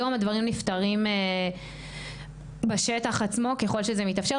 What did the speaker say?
היום הדברים נפתרים בשטח עצמו ככל שזה מתאפשר,